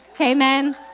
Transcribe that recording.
Amen